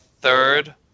third